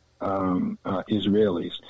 Israelis